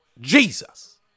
Jesus